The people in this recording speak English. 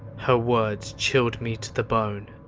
her words chilled me to the bone.